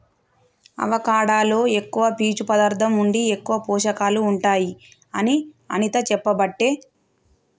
avocado లో ఎక్కువ పీచు పదార్ధం ఉండి ఎక్కువ పోషకాలు ఉంటాయి అని అనిత చెప్పబట్టే